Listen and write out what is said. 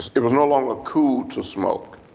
it was no longer cool to smoke,